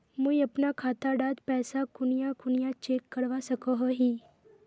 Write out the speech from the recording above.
मुई अपना खाता डात पैसा कुनियाँ कुनियाँ चेक करवा सकोहो ही?